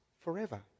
forever